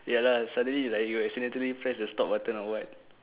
ya lah suddenly you like you accidentally press the stop button or what